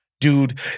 dude